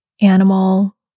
animal